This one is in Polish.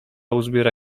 uzbiera